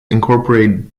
incorporate